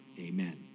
Amen